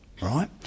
right